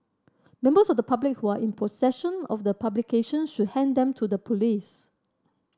members of the public who are in possession of the publications should hand them to the police